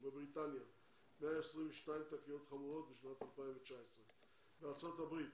בבריטניה 122 תקריות חמורות בשנת 2019. בארצות הברית